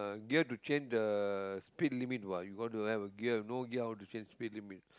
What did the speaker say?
gear to change the speed limit what you got to have a gear if no gear how to change speed limit